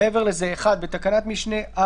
"תיקון תקנה 7 בתקנה 7 לתקנות העיקריות - בתקנת משנה (א)